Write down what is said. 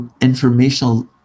informational